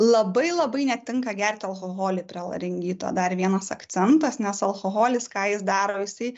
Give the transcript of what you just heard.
labai labai netinka gerti alkoholį prie laringito dar vienas akcentas nes alkoholis ką jis daro jisai